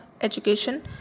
education